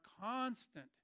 constant